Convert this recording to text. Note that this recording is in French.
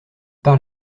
par